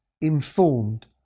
informed